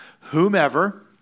whomever